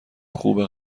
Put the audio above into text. خوبه